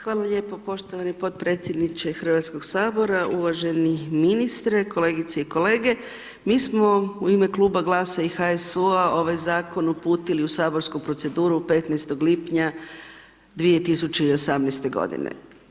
Hvala lijepo poštovani podpredsjedniče Hrvatskog sabora, uvaženi ministre, kolegice i kolege, mi smo u ime Kluba GLAS-a i HSU-a ovaj zakon uputili u saborsku proceduru 15. lipnja 2018. godine.